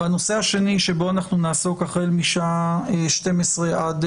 הנושא השני שבו נעסוק החל ב-12:00 עד